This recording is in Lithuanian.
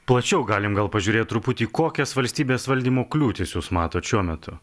plačiau galim gal pažiūrėt truputį kokias valstybės valdymo kliūtis jūs matot šiuo metu